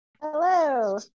Hello